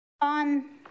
on